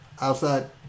outside